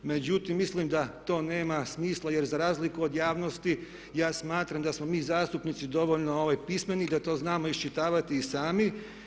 Međutim mislim da to nema smisla jer za razliku od javnosti ja smatram da smo mi zastupnici dovoljno pismeni da to znamo iščitavati i sami.